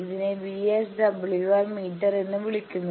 ഇതിനെ VSWR meter എന്ന് വിളിക്കുന്നു